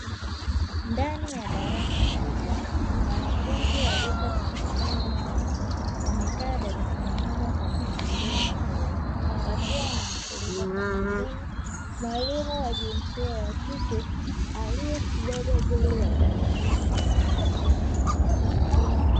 Ndani ya darasa kubwa, wanafunzi wa rika tofautitofauti, wamekaa darasani humo kwa mpangilio mzuri, wakiwa wanamsikiliza kwa makini mwalimu wa jinsia ya kike aliyesimama mbele ya darasa.